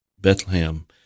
Bethlehem